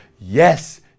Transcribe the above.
Yes